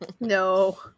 no